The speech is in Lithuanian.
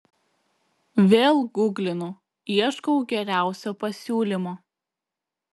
vėl guglinu ieškau geriausio pasiūlymo